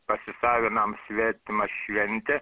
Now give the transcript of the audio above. pasisavinam svetimą šventę